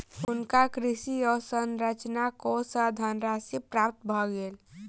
हुनका कृषि अवसंरचना कोष सँ धनराशि प्राप्त भ गेल